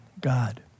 God